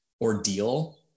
ordeal